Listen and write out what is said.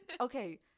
okay